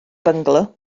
byngalo